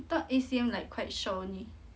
I thought eight C_M like quite short only